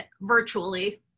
virtually